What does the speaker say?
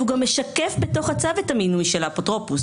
והוא גם משקף בתוך הצו את המינוי של האפוטרופוס.